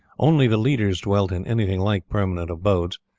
only the leaders dwelt in anything like permanent abodes,